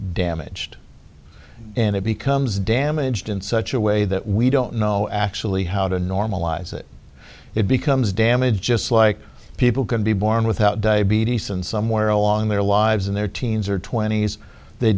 damaged and it becomes damaged in such a way that we don't know actually how to normalize it it becomes damage just like people can be born without diabetes and somewhere along their lives in their teens or twenty's they